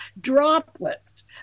droplets